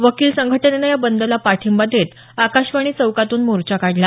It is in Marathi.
वकील संघटनेनं या बंदला पाठिंबा देत आकाशवाणी चौकातून मोर्चा काढला